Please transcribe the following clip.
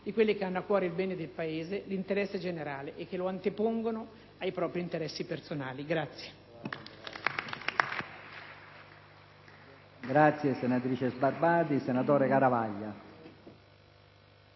di quelli che hanno a cuore il bene del Paese, l'interesse generale e che lo antepongono ai propri interessi personali.